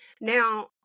Now